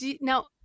Now